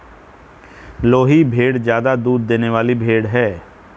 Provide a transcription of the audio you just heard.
लोही भेड़ ज्यादा दूध देने वाली भेड़ है